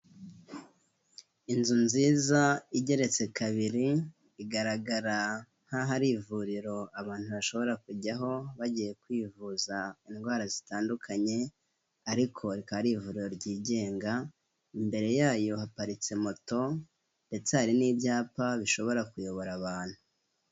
Inzu nziza igeretse kabiri igaragara nk'aho ari ivuriro abantu bashobora kujyaho bagiye kwivuza indwara zitandukanye ariko rikaba ari ivuriro ryigenga, imbere yayo haparitse moto ndetse hari n'ibyapa bishobora kuyobora abantu.